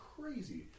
crazy